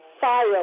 fire